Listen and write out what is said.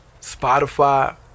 Spotify